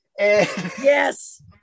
yes